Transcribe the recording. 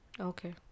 Okay